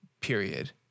period